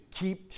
keep